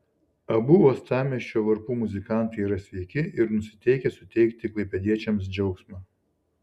abu uostamiesčio varpų muzikantai yra sveiki ir nusiteikę suteikti klaipėdiečiams džiaugsmą